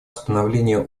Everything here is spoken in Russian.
становления